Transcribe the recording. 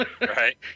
Right